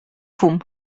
fum